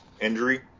injury